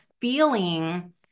feeling